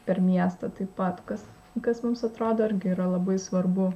per miestą taip pat kas kas mums atrodo irgi yra labai svarbu